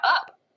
up